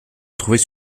retrouvés